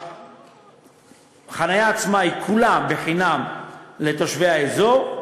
החניה עצמה כולה חינם לתושבי האזור.